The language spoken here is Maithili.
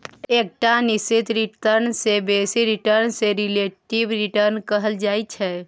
एकटा निश्चित रिटर्न सँ बेसी रिटर्न केँ रिलेटिब रिटर्न कहल जाइ छै